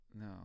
No